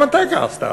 גם אתה כעסת עלי.